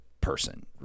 Person